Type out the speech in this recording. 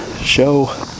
show